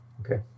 Okay